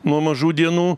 nuo mažų dienų